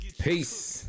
Peace